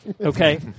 okay